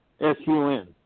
S-U-N